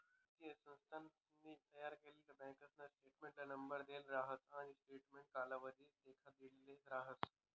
वित्तीय संस्थानसनी तयार करेल बँकासना स्टेटमेंटले नंबर देल राहस आणि स्टेटमेंट कालावधी देखाडिदेल राहस